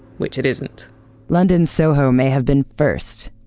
which it isn't london's soho may have been first,